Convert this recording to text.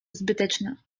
zbyteczna